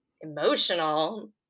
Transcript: emotional